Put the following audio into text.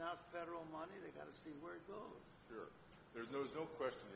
no there's no question